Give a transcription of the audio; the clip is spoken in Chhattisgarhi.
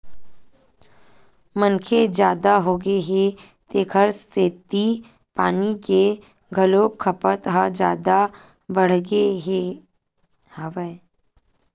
मनखे जादा होगे हे तेखर सेती पानी के घलोक खपत ह जादा बाड़गे गे हवय